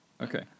Okay